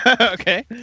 Okay